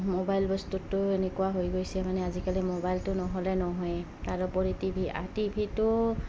mobile বস্তুটো এনেকুৱা হৈ গৈছে মানে আজিকালি মোবাইলটো নহ'লে নহয়েই তাৰোপৰি টিভি টিভি টো